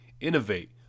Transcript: Innovate